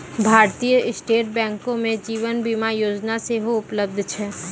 भारतीय स्टेट बैंको मे जीवन बीमा योजना सेहो उपलब्ध छै